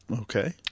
Okay